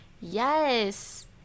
Yes